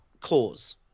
cause